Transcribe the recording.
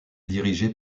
dirigé